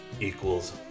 equals